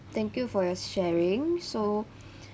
thank you for your sharing so